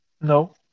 No